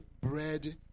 bread